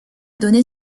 donné